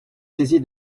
saisi